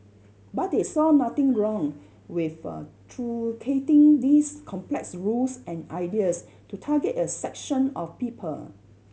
but they saw nothing wrong with a truncating these complex rules and ideas to target a section of people